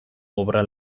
obra